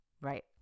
right